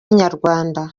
inyarwanda